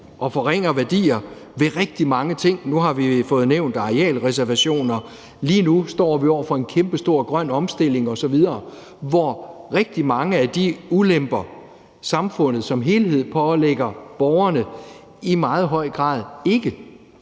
og forringer værdier ved rigtig mange ting. Nu har vi fået nævnt arealreservationer, og lige nu står vi over for en kæmpestor grøn omstilling osv., hvor rigtig mange af de ulemper, samfundet som helhed pålægger borgerne, i meget høj grad ikke